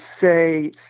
say